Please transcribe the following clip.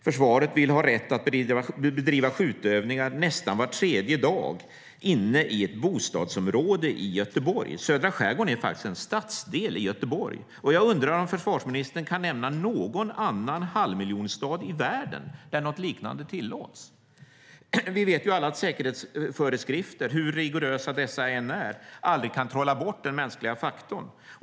Försvaret vill ha rätt att bedriva skjutövningar nästan var tredje dag inne i ett bostadsområde i Göteborg. Södra skärgården är faktiskt en stadsdel i Göteborg. Jag undrar om försvarsministern kan nämna någon annan halvmiljonstad i världen där något liknande tillåts. Vi vet alla att säkerhetsföreskrifter, hur rigorösa dessa än är, aldrig kan trolla bort den mänskliga faktorn.